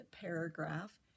paragraph